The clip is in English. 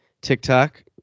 TikTok